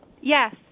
Yes